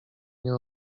nie